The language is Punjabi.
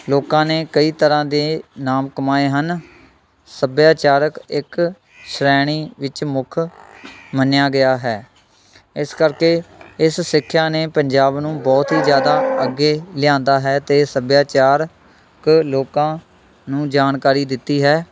ਲੋਕਾਂ ਨੇ ਕਈ ਤਰ੍ਹਾਂ ਦੇ ਨਾਮ ਕਮਾਏ ਹਨ ਸੱਭਿਆਚਾਰਕ ਇੱਕ ਸ਼੍ਰੇਣੀ ਵਿੱਚ ਮੁੱਖ ਮੰਨਿਆ ਗਿਆ ਹੈ ਇਸ ਕਰਕੇ ਇਸ ਸਿੱਖਿਆ ਨੇ ਪੰਜਾਬ ਨੂੰ ਬਹੁਤ ਹੀ ਜਿਆਦਾ ਅੱਗੇ ਲਿਆਂਦਾ ਹੈ ਤੇ ਸੱਭਿਆਚਾਰਕ ਲੋਕਾਂ ਨੂੰ ਜਾਣਕਾਰੀ ਦਿੱਤੀ ਹੈ